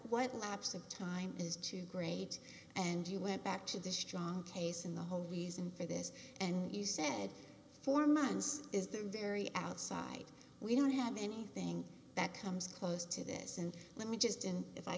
of time is too great and you went back to this job case and the whole reason for this and you said for months is there very outside we don't have anything that comes close to this and let me just in if i